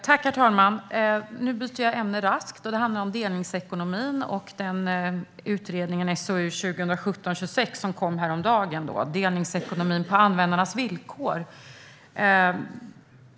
Herr talman! Nu byter jag raskt ämne. Det handlar om delningsekonomin och utredningen som kom häromdagen, SOU 2017:26 Delningsekonomi på användarnas villkor .